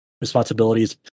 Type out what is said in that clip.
responsibilities